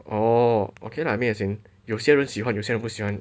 orh okay lah I mean as in 有些人喜欢有些人不喜欢